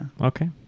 Okay